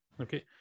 Okay